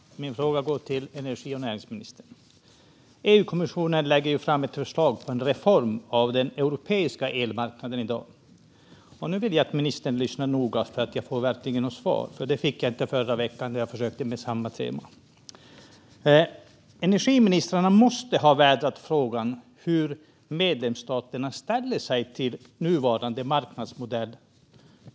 Herr talman! Min fråga går till energi och näringsministern. EU-kommissionen lägger i dagarna fram ett förslag om en reform av den europeiska elmarknaden. Nu vill jag att ministern lyssnar noga så att jag verkligen får ett svar, för det fick jag inte förra veckan då jag försökte med samma tema. Energiministrarna måste ha vädrat frågan hur medlemsstaterna ställer sig till nuvarande marknadsmodell.